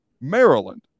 Maryland